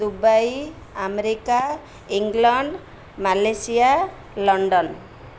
Dubai America England Malaysia London